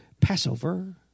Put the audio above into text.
Passover